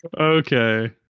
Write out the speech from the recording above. Okay